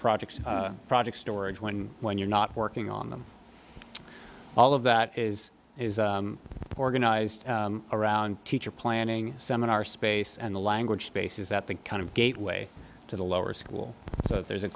projects projects storage when when you're not working on them all of that is is organized around teacher planning seminar space and the language space is that that kind of gateway to the lower school so there's a